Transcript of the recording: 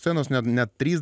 scenos net net trys